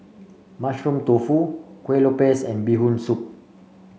Mushroom Tofu Kueh Lopes and Bee Hoon Soup